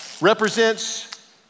represents